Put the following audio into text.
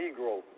Negro